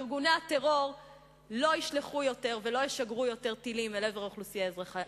כי ארגוני הטרור לא ישגרו יותר טילים אל עבר אוכלוסייה אזרחית.